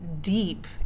deep